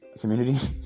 community